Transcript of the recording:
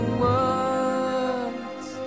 words